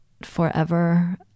forever